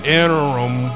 interim